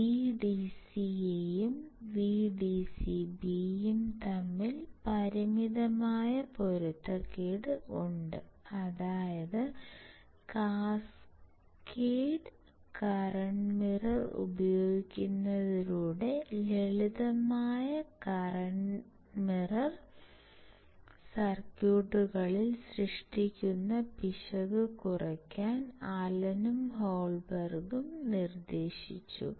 VDSA യും VDSB യും തമ്മിൽ പരിമിതമായ പൊരുത്തക്കേട് ഉണ്ട് അതായത് കാസ്കേഡ് കറന്റ് മിറർ ഉപയോഗിക്കുന്നതിലൂടെ ലളിതമായ കറന്റ് മിറർ സർക്യൂട്ടുകളിൽ സൃഷ്ടിക്കുന്ന പിശക് കുറയ്ക്കാൻ അലനും ഹോൾബെർഗും നിർദ്ദേശിച്ചു